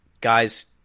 guys